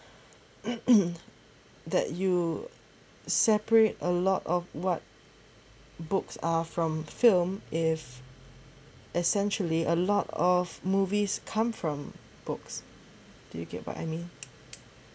that you separate a lot of what books are from film if essentially a lot of movies come from books do you get what I mean